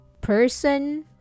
person